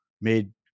made